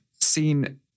seen